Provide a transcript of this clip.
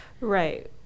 Right